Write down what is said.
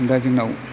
दा जोंनाव